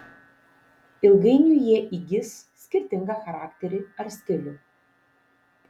ilgainiui jie įgis skirtingą charakterį ar stilių